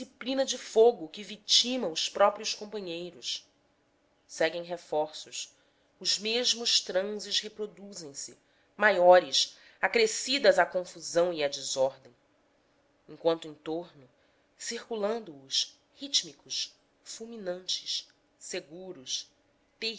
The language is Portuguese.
indisciplina de fogo que vitima os próprios companheiros seguem reforços os mesmos transes reproduzem se maiores acrescidas a confusão e a desordem enquanto em torno circulando os rítmicos fulminantes seguros